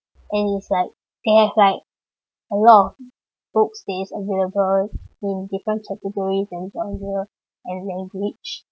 and it's like they have like a lot of books that's available in different categories and genre and language